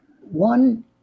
One